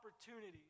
opportunities